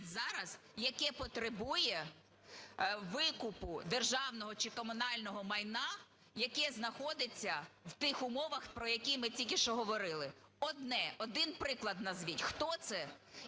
яке потребує викупу державного чи комунального майна, яке знаходиться в тих умовах, про які ми тільки що говорили. Одне, один приклад назвіть, хто це